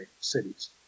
cities